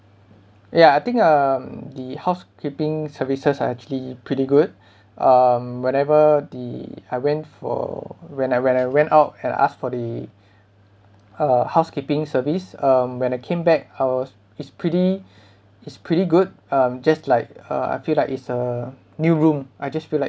ya I think um the housekeeping services are actually pretty good um whenever the I went for when I when I went out and ask for the uh housekeeping service um when I came back ours it's pretty it's pretty good um just like uh I feel like it's a new room I just feel like